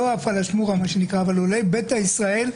לא "הפלאשמורה" מה שנקרא עולי ביתא ישראל,